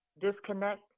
disconnect